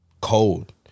Cold